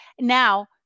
Now